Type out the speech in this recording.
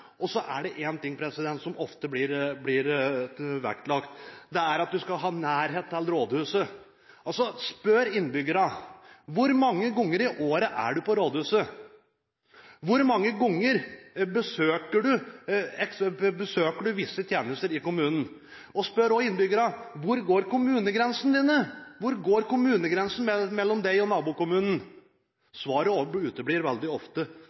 fagmiljø. Så er det en ting som ofte blir vektlagt; at du skal ha nærhet til rådhuset. Spør innbyggerne: Hvor mange ganger i året er du på rådhuset? Hvor mange ganger besøker du visse tjenester i kommunen? Spør også innbyggerne: Hvor går kommunegrensene dine – mellom deg og nabokommunen? Svaret uteblir veldig ofte.